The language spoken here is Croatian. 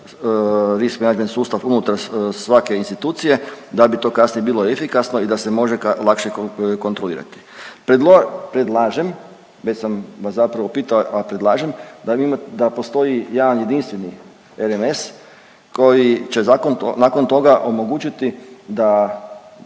ris managment sustav unutar svake institucije da bi to kasnije bilo efikasno i da se može lakše kontrolirati. Predlažem, već sam vas zapravo pitao, a predlažem da postoji jedan jedinstveni RMS koji će nakon toga omogućiti da